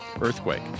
earthquake